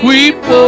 Weep